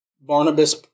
Barnabas